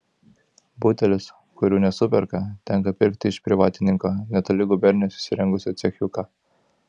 butelius kurių nesuperka tenka pirkti iš privatininko netoli gubernijos įsirengusio cechiuką